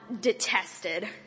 detested